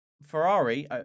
Ferrari